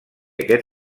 aquest